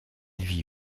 vit